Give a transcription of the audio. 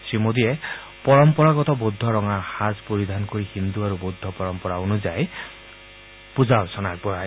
শ্ৰীমোদীয়ে পৰম্পৰাগত বৌদ্ধ ৰঙা সাজ পৰিধান কৰি হিন্দু আৰু বৌদ্ধ পৰম্পৰা অনুযায়ী মন্দিৰটোত পুজা অৰ্চনা আগবঢ়ায়